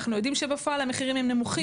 אנחנו יודעים שבפועל המחירים הם נמוכים יותר.